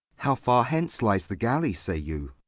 how far hence lies the galley, say you?